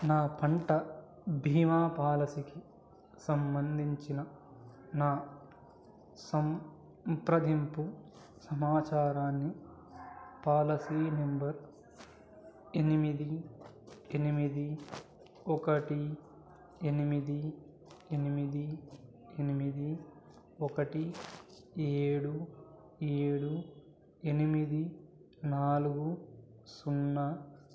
నా పంట బీమా పాలసీకి సంబంధించిన నా సం ప్రదింపు సమాచారాన్ని పాలసీ నంబర్ ఎనిమిది ఎనిమిది ఒకటి ఎనిమిది ఎనిమిది ఎనిమిది ఒకటి ఏడు ఏడు ఎనిమిది నాలుగు సున్నా